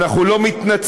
אנחנו גם לא מתנצלים,